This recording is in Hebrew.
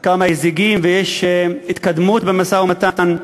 כמה הישגים ויש התקדמות במשא-ומתן.